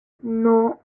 non